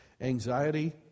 Anxiety